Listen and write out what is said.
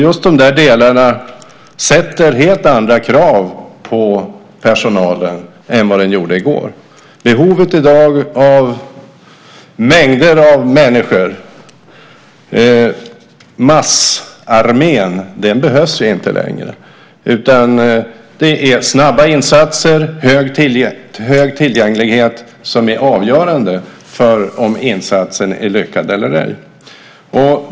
Just de delarna ställer helt andra krav på personalen än vad de gjorde i går. Behovet i dag av mängder av människor - massarmén - behövs inte längre. Det är snabba insatser och hög tillgänglighet som är avgörande för om insatsen är lyckad eller ej.